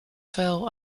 vuil